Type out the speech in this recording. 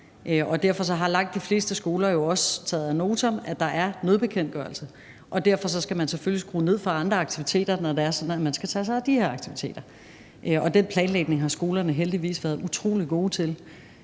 Derfor har langt de fleste skoler jo også taget ad notam, at der er nødbekendtgørelser, og derfor skal man selvfølgelig skrue ned for andre aktiviteter, når det er sådan, at man skal tage sig af de her aktiviteter. Den planlægning har skolerne heldigvis været